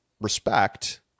respect